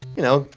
you know,